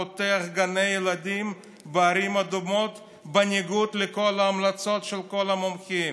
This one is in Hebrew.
פותח גני ילדים בערים אדומות בניגוד לכל ההמלצות של כל המומחים.